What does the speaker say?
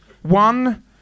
One